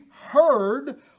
heard